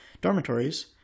dormitories